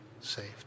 saved